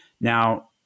Now